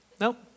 Nope